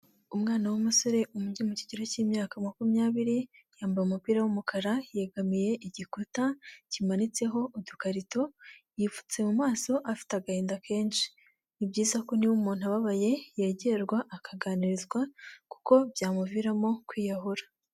Umwana w'umusore uri mu kigero cy'imyaka makumyabiri, yambaye umupira w'umukara yegamiye igikuta kimanitseho udukarito, yipfutse mu maso afite agahinda kenshi, ni byiza ko niba umuntu ababaye yegerwa, akaganirizwa kuko byamuviramo kwiyahura.